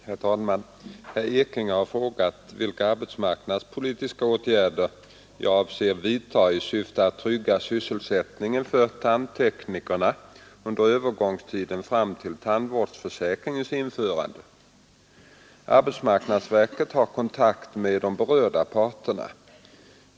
Herr talman! Herr Ekinge har frågat vilka arbetsmarknadspolitiska åtgärder jag avser vidta i syfte att trygga sysselsättningen för tandteknikerna under övergångstiden fram till tandvårdsförsäkringens införande. Arbetsmarknadsverket har kontakt med de berörda parterna.